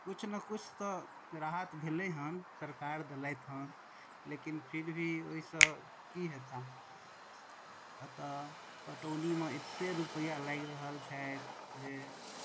किछु नहि किछु तऽ राहत भेलै हँ सरकार देलथि हँ लेकिन फिर भी ओहिसँ कि हेताह एतऽ पटौनीमे एतेक रुपैआ लागि रहल छथि जे